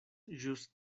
ĵus